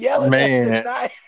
man